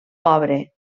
pobre